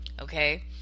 okay